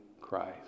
Christ